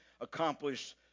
accomplished